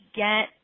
get